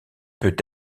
peut